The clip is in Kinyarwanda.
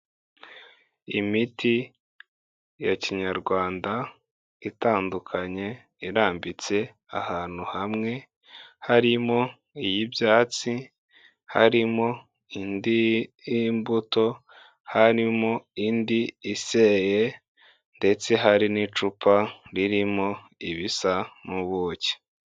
Imiti ya kinyarwanda itandukanye, irambitse ahantu hamwe, harimo iy'ibyatsi, harimo indi y'imbuto, harimo indi iseye ndetse hari n'icupa ririmo ibisa nk'ubuki.